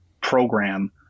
program